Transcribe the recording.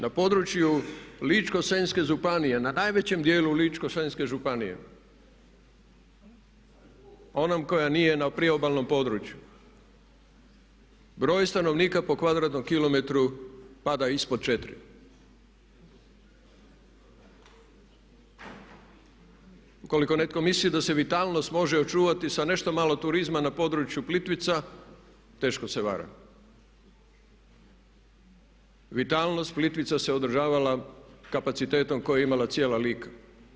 Na području Ličko-senjske županije, na najvećem djelu Ličko-senjske županije, onom koja nije na priobalnom području broj stanovnika po kvadratnom kilometru pada ispod 4. Ukoliko netko misli da se vitalnost može očuvati sa nešto malo turizma na području Plitvica teško se vara, vitalnost Plitvica se održavala kapacitetom koji je imala cijela Lika.